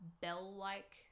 bell-like